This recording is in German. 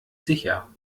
sicher